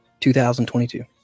2022